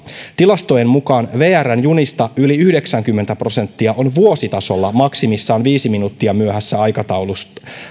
tilastojen mukaan vrn junista yli yhdeksänkymmentä prosenttia on vuositasolla maksimissaan viisi minuuttia myöhässä